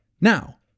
Now